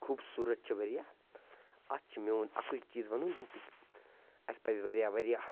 خوٗبصوٗرت چھِ واریاہ اَتھ چھِ میٛون اَکُے چیٖز وَنُن اسہِ پَزِ واریاہ واریاہ